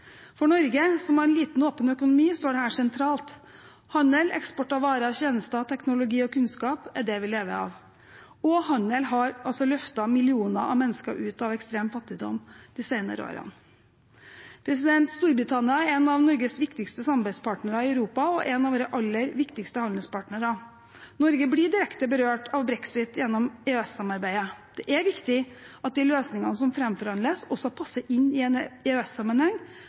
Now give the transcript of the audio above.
For Norge, som har en liten, åpen økonomi, står dette sentralt. Handel, eksport av varer og tjenester, teknologi og kunnskap er det vi lever av. Handel har løftet millioner av mennesker ut av ekstrem fattigdom de senere årene. Storbritannia er en av Norges viktigste samarbeidspartnere i Europa og en av våre aller viktigste handelspartnere. Norge blir direkte berørt av brexit gjennom EØS-samarbeidet. Det er viktig at de løsningene som framforhandles, også passer inn i en